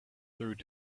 through